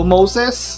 Moses